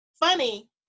funny